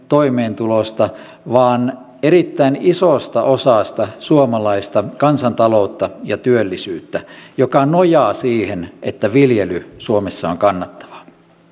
toimeentulosta vaan erittäin isosta osasta suomalaista kansantaloutta ja työllisyyttä joka nojaa siihen että viljely suomessa on kannattavaa